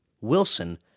Wilson